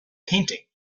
painting